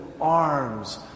arms